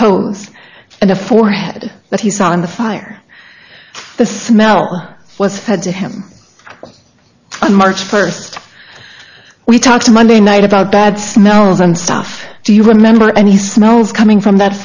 toes and a forehead that he saw in the fire the smell was fed to him on march first we talked monday night about bad smells and stuff do you remember any smells coming from that